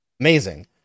amazing